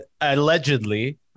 allegedly